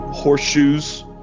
Horseshoes